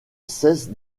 cesse